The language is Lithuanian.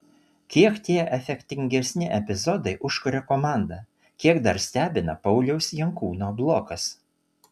kiek tie efektingesni epizodai užkuria komandą kiek dar stebina pauliaus jankūno blokas